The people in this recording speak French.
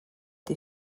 des